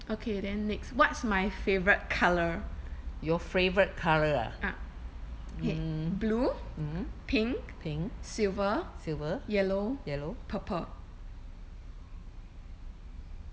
okay then next what's my favourite colour ah okay blue pink silver yellow purple